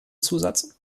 zusatz